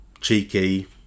cheeky